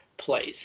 place